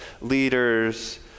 leaders